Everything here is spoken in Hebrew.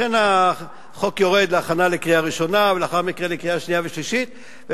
נדבר על זה בצד האתי.